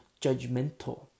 judgmental